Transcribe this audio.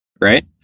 right